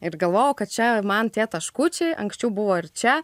ir galvojau kad čia man tie taškučiai anksčiau buvo ir čia